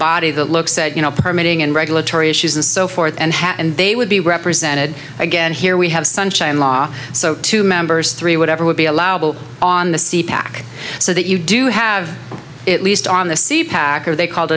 body that looks said you know permitting and regulatory issues and so forth and hat and they would be represented again here we have sunshine law so two members three whatever would be allowable on the sea pac so that you do have at least on the sea packer they called